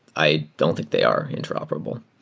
i don't think they are interoperable.